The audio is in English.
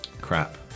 Crap